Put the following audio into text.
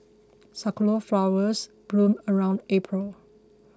sakura flowers bloom around April